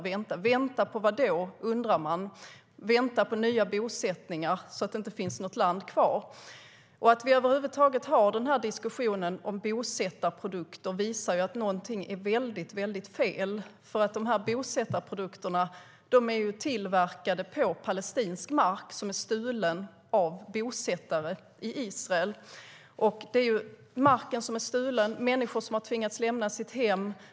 Man undrar ju vad de ska vänta på - nya bosättningar, så att det inte finns något land kvar? Att vi över huvud taget har diskussionen om bosättarprodukter visar att någonting är väldigt fel. Bosättarprodukterna är tillverkade på palestinsk mark, som är stulen av bosättare i Israel. Marken är stulen, och människor har tvingats lämna sina hem.